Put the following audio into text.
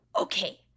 okay